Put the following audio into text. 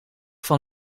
van